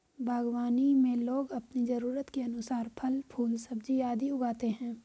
बागवानी में लोग अपनी जरूरत के अनुसार फल, फूल, सब्जियां आदि उगाते हैं